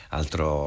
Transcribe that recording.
altro